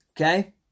Okay